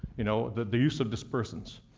you know the the use of dispersants,